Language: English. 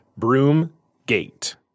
Broomgate